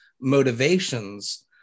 motivations